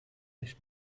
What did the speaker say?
nicht